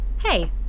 Hey